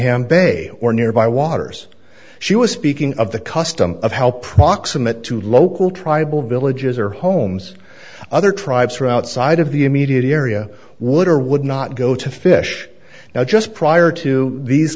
bellingham bay or nearby waters she was speaking of the custom of how proximate to local tribal villages or homes other tribes are outside of the immediate area would or would not go to fish now just prior to these